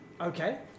Okay